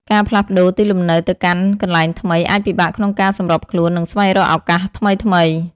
ការផ្លាស់ប្តូរទីលំនៅទៅកាន់កន្លែងថ្មីអាចពិបាកក្នុងការសម្របខ្លួន និងស្វែងរកឱកាសថ្មីៗ។